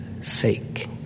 sake